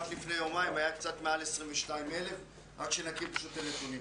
רק לפני יומיים היו קצת מעל 22,000 רק שנכיר את הנתונים.